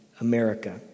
America